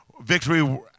Victory